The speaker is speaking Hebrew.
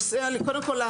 קודם כל,